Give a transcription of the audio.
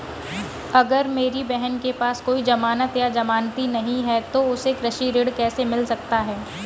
अगर मेरी बहन के पास कोई जमानत या जमानती नहीं है तो उसे कृषि ऋण कैसे मिल सकता है?